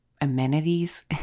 amenities